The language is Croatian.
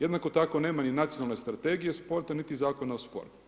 Jednako tako nema ni nacionalne strategije sporta niti Zakona o sportu.